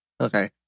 Okay